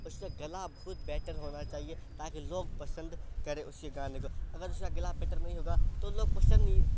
اس کا گلا بہت بیٹر ہونا چاہیے تاکہ لوگ پسند کریں اس کے گانے کو اگر اس کا گلا بیٹر نہیں ہوگا تو لوگ پسند ہی